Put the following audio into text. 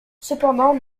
cependant